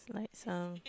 it's like some